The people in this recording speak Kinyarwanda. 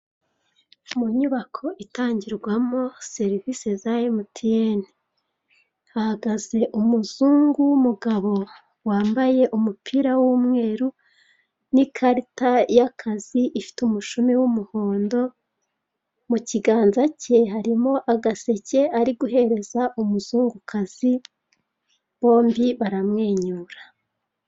Mu nyubako itangirwamo serivise za emutiyeni, hahagaze umuzungu w'umugabo wambaye umupira w'umweru n'ikarita y'akazi ifite umushumi w'umuhondo. Mu kiganza cye harimo agaseke ari guhereza umuzungukazi bombi baramwenyura.